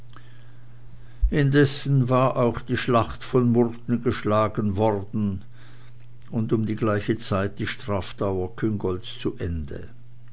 indessen war auch die schlacht von murten geschlagen worden und um die gleiche zeit die strafdauer küngolts zu ende